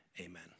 Amen